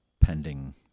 pending